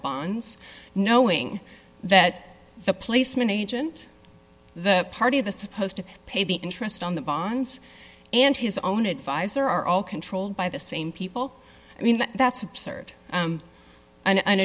bonds knowing that the placement agent the party the supposed to pay the interest on the bonds and his own advisor are all controlled by the same people i mean that's absurd